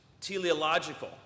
teleological